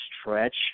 stretch